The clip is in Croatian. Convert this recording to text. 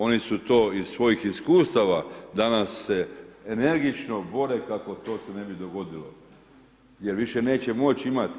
Oni su to iz svojih iskustava, danas se energično bore kako to se ne bi dogodilo jer više neće moći imati.